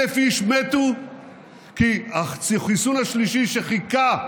1,000 איש מתו כי החיסון השלישי חיכה,